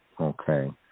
Okay